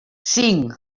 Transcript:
cinc